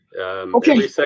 Okay